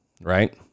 right